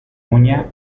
muina